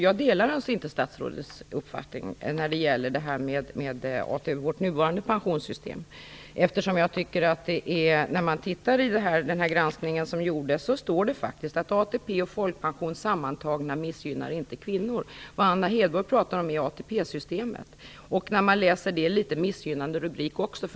Jag delar inte statsrådets uppfattning när det gäller vårt nuvarande pensionssystem. I den granskning som gjordes står det faktiskt att ATP och folkpension sammantagna inte missgynnar kvinnor. Vad Anna Hedborg pratar om är ATP-systemet. Det är en litet missgynnade rubrik.